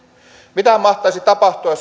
mitähän mahtaisi tapahtua